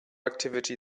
activity